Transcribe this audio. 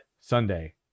Sunday